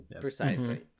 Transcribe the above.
Precisely